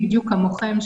בדיוק כמוכם,